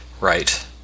Right